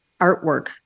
artwork